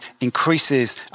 increases